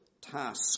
task